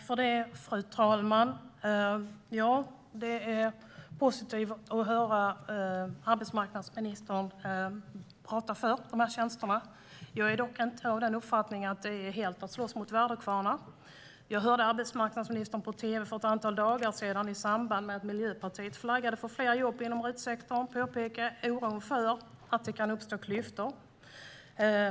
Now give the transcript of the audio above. Fru talman! Det är positivt att höra arbetsmarknadsministern prata för de här tjänsterna. Jag är dock inte av uppfattningen att det helt är att slåss mot väderkvarnar. Jag hörde arbetsmarknadsministern på tv för ett antal dagar sedan, i samband med att Miljöpartiet flaggade för fler jobb inom RUT-sektorn, peka på oron för att det kan uppstå klyftor.